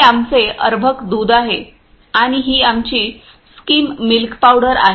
हे आमचे अर्भक दूध आहे आणि ही आमची स्किम मिल्क पावडर आहे